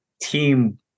team